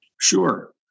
Sure